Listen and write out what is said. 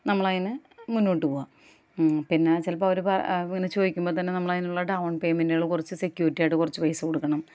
നമ്മൾ അതിന് മുന്നോട്ട് പോവുക പിന്നെ ചിലപ്പം അവർ ചോദിക്കുമ്പം തന്നെ നമ്മൾ അതിനുള്ള ഡൗൺ പേയ്മെൻറുകൾ കുറച്ച് സെക്യൂരിറ്റി ആയിട്ട് കുറച്ച് പൈസ കൊടുക്കണം